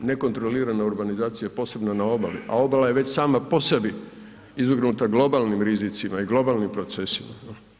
nekontrolirana urbanizacija, posebno na obali, a obala je već sama po sebi izvrgnuta globalnim rizicima i globalnim procesima.